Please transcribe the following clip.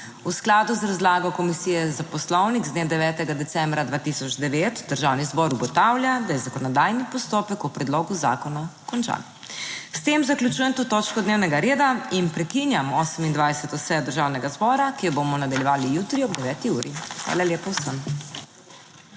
V skladu z razlago Komisije za Poslovnik z dne 9. decembra 2009 Državni zbor ugotavlja, da je zakonodajni postopek o predlogu zakona končan. S tem zaključujem to točko dnevnega reda in prekinjam 28. sejo Državnega zbora, ki jo bomo nadaljevali jutri ob 9. uri. Hvala lepa vsem!